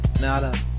Nada